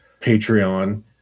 Patreon